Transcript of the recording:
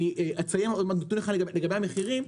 אציין עוד נתון אחד לגבי המחירים,